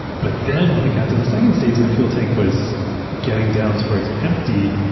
but then, when they got to the second stage and the fuel tank was getting down towards empty,